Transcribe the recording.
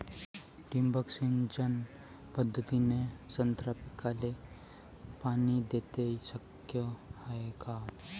ठिबक सिंचन पद्धतीने संत्रा पिकाले पाणी देणे शक्य हाये का?